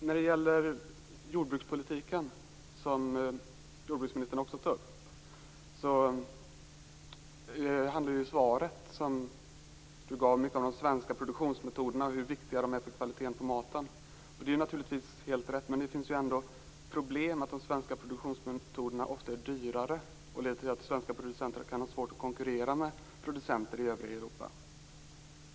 När det gäller jordbrukspolitiken, som jordbruksministern också tar upp, kan jag säga att svaret hon gav mycket handlade om de svenska produktionsmetoderna och hur viktiga de är för kvaliteten på maten. Det är naturligtvis helt rätt, men det finns ändå problem i att de svenska produktionsmetoderna ofta är dyrare och leder till att svenska producenter kan ha svårt att konkurrera med producenter i övriga Europa.